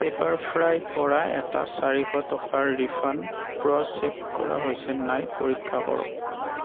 পেপাৰফ্ৰাইৰ পৰা এটা চাৰিশ টকাৰ ৰিফাণ্ড প্ৰ'চেছ কৰা হৈছে নাই পৰীক্ষা কৰক